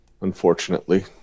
unfortunately